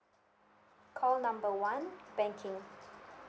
call number one banking